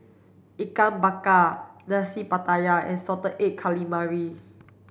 Ikan Bakar Nasi Pattaya and salted egg calamari